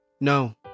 No